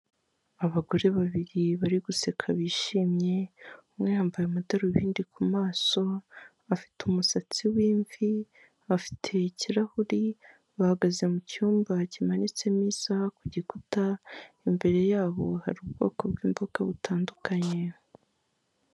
Abagore babiri bari guseka bishimye, umwe yambaye amadarubindi ku maso, afite umusatsi w'imvi, bafite ikirahuri, bahagaze mu cyumba kimanitsemo isaha ku gikuta, imbere yabo hari ubwoko bw'imboga butandukanye.